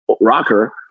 rocker